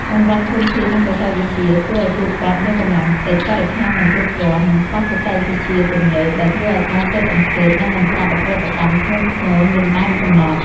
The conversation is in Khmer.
កង្វះធនធាន និងបច្ចេកវិទ្យា ធ្វើឲ្យពួកគាត់មានកម្លាំងតិច បរិក្ខារមិនគ្រប់គ្រាន់ និងខ្វះបច្ចេកវិទ្យាទំនើប ដែលធ្វើឲ្យការស៊ើបអង្កេត និងបង្ក្រាបឧក្រិដ្ឋកម្មធ្ងន់ធ្ងរមានដែនកំណត់។